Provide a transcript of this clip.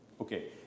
Okay